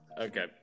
Okay